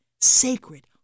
sacred